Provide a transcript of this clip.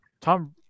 Tom